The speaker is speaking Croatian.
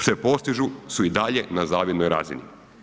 se postižu su i dalje na zavidnoj razini.